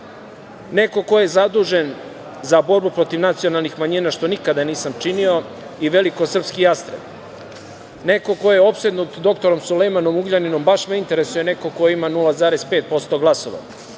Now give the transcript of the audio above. Neko ko je zadužen za borbu protiv nacionalnih manjina, što nikada nisam činio, i „Veliko srpski jastreb, neko ko je opsednut dr Sulejmanom Ugljaninom“, baš me interesuje neko ko ima 0,5% glasova.